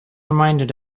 reminded